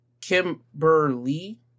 Kimberly